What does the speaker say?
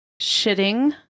Shitting